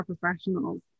professionals